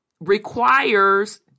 requires